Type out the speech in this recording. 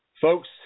folks